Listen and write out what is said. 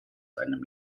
einem